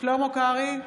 שלמה קרעי,